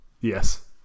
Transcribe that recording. Yes